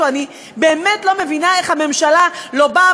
אני באמת לא מבינה איך הממשלה לא באה,